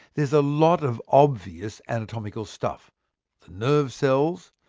there's a lot of obvious anatomical stuff the nerve cells,